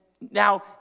now